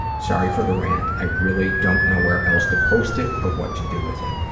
sorry for the rant, i really don't know where else to post it or what to do with it.